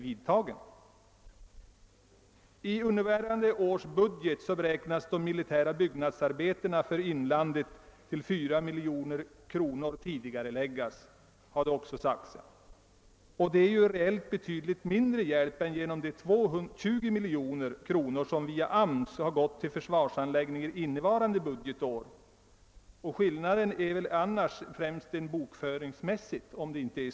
Vidare beräknas att militära byggnadsarbeten i inlandet för 4 miljoner kronor skall tidigareläggas, har det också sagts. Det är reellt en betydligt mindre hjälp än de 20 miljoner kronor som via AMS har gått till försvarsanläggningar innevarande budgetår. Om det inte är så, är väl skillnaden främst rent bokföringsmässig.